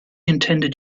intended